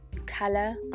color